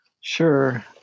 Sure